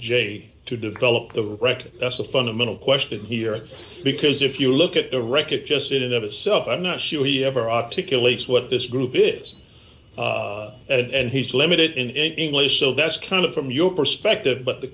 j to develop the record that's the fundamental question here because if you look at the record just sit it up a self i'm not sure he ever articulate what this group is and he's limited in english so that's kind of from your perspective but the